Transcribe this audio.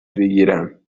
بگیرم